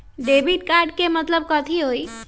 Debit card के मतलब कथी होई?